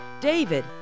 David